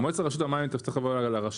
מועצת רשות המים תצטרך לבוא לרשות